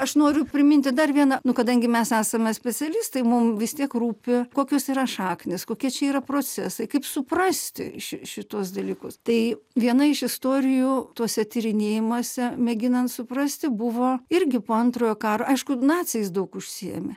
aš noriu priminti dar vieną nu kadangi mes esame specialistai mum vis tiek rūpi kokios yra šaknys kokie čia yra procesai kaip suprasti ši šituos dalykus tai viena iš istorijų tuose tyrinėjimuose mėginant suprasti buvo irgi po antrojo karo aišku naciais daug užsiėmė